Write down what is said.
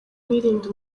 mwirinde